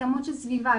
התאמות של סביבה,